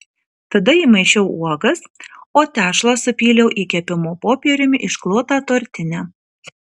tada įmaišiau uogas o tešlą supyliau į kepimo popieriumi išklotą tortinę